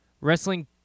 Wrestling